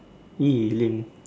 eh lame